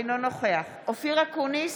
אינו נוכח אופיר אקוניס,